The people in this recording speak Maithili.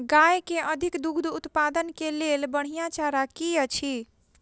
गाय केँ अधिक दुग्ध उत्पादन केँ लेल बढ़िया चारा की अछि?